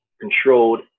Controlled